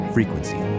Frequency